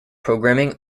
programming